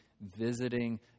visiting